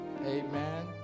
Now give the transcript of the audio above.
amen